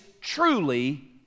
truly